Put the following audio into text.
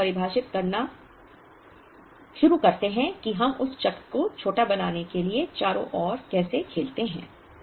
फिर हम परिभाषित करना शुरू करते हैं कि हम उस चक्र को छोटा बनाने के लिए चारों ओर कैसे खेलते हैं